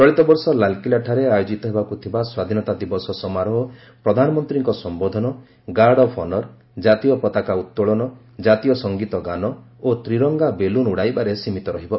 ଚଳିତ ବର୍ଷ ଲାଲ୍କିଲ୍ଲାଠାରେ ଆୟୋଜିତ ହେବାକୁ ଥିବା ସ୍ୱାଧୀନତା ଦିବସ ସମାରୋହ ପ୍ରଧାନମନ୍ତ୍ରୀଙ୍କ ସମ୍ଭୋଧନ ଗାର୍ଡ଼ ଅଫ୍ ଅନର୍ ଜାତୀୟ ପତାକା ଉତ୍ତୋଳନ ଜାତୀୟ ସଙ୍ଗୀତ ଗାନ ଓ ତ୍ରିରଙ୍ଗା ବେଲୁନ୍ ଉଡ଼ାଇବାରେ ସୀମିତ ରହିବ